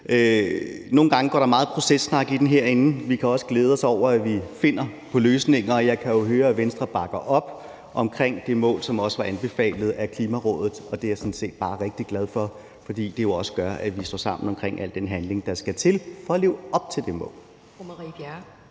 Nogle gange går der meget processnak i den herinde. Vi kan også glæde os over, at vi finder på løsninger. Og jeg kan jo høre, at Venstre bakker op om omkring det mål, som også var anbefalet af Klimarådet – og det er jeg sådan set bare rigtig glad for, fordi det også gør, at vi står sammen omkring al den handling, der skal til, for at leve op til det mål.